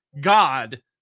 god